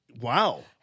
wow